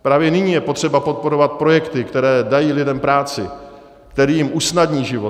Právě nyní je potřeba podporovat projekty, které dají lidem práci, které jim usnadní život.